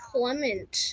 Clement